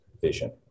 vision